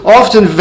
often